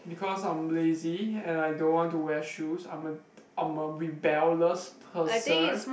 because I'm lazy and I don't want to wear shoes I'm a I'm a rebellious person